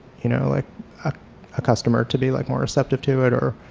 you know, like a customer to be like more receptive to it or